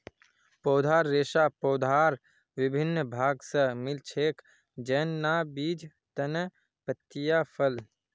पौधार रेशा पौधार विभिन्न भाग स मिल छेक, जैन न बीज, तना, पत्तियाँ, फल